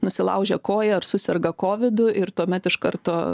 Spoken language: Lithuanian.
nusilaužia koją ar suserga kovidu ir tuomet iš karto